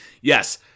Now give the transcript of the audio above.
yes